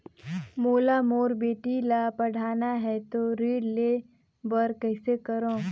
मोला मोर बेटी ला पढ़ाना है तो ऋण ले बर कइसे करो